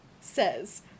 says